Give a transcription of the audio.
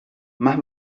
más